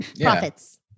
profits